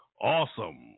awesome